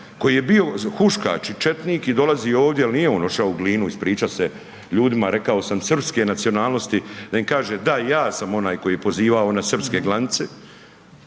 koji je bio huškač i četnik i dolazi ovdje jer nije on otišao u Glinu ispričat se ljudima rekao sam srpske nacionalnosti, da im kaže da, ja sam onaj koji je pozivao na srpske